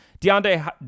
DeAndre